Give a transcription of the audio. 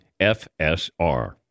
FSR